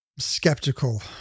skeptical